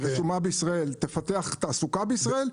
היא רשומה בישראל והיא תפתח תעסוקה בישראל,